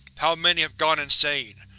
how many have gone insane?